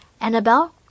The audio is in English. Annabelle